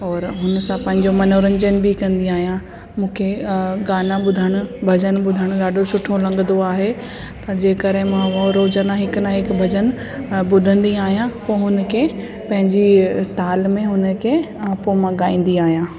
और हुन सां पंहिंजो मनोरंजन बि कंदी आहियां मूंखे गाना ॿुधणु भॼन ॿुधणु ॾाढो सुठो लॻंदो आहे तंहिंजे करे मां उहा रोज़ु अञा हिकु न हिकु भॼन ॿुधंदी आहियां पोइ हुन खे पंहिंजी ताल में हुन खे ऐं पोइ मां ॻाईंदी आहियां